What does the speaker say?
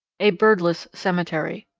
a birdless cemetery.